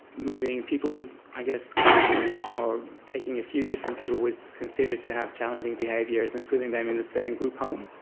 moving people with i guess, clustering or taking a few different people with considered to have challenging behaviours and putting them in the same group home,